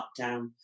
lockdown